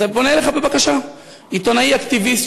אני פונה אליך בבקשה: עיתונאי אקטיביסט,